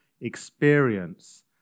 experience